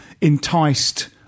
enticed